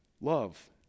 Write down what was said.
Love